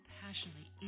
passionately